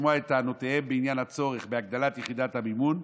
ולשמוע את טענותיהם בעניין הצורך בהגדלת יחידת המימון,